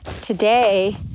today